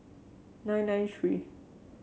nine nine three